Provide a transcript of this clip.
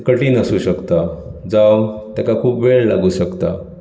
तें कठीण आसूंक शकता जावं तेका खूप वेळ लागूंक शकता